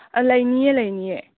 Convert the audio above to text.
ꯑꯥ ꯂꯩꯅꯤꯌꯦ ꯂꯩꯅꯤꯌꯦ